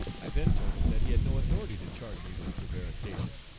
i then told him that he had no authority to charge me with prevarication,